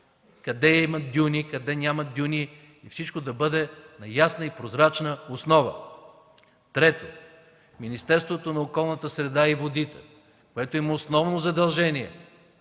къде има дюни, къде няма дюни, но всичко да бъде на ясна и прозрачна основа. Трето, Министерството на околната среда и водите, което има основно задължение